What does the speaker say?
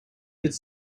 could